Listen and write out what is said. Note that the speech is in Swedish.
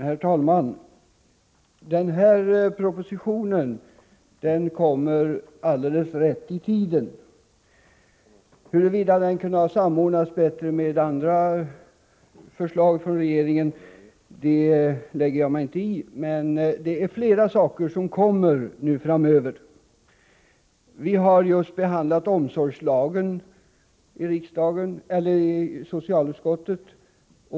Herr talman! Den här propositionen kommer alldeles rätt i tiden. Huruvida den hade kunnat samordnas bättre med andra förslag från regeringen lägger jag mig inte i. Men det är flera saker som kommer framöver. Vi har just behandlat omsorgslagen i socialutskottet.